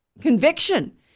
conviction